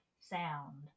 sound